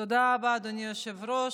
תודה רבה, אדוני היושב-ראש.